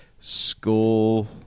school